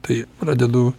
tai pradedu